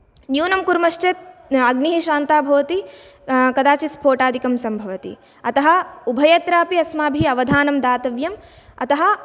न्यूनं कुर्मश्चेद् अग्निः शान्ता भवति कदाचिद् स्फोटादिकं सम्भवन्ति अतः उभयत्र अपि अस्माभिः अवधानं दातव्यम् अतः